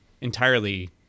entirely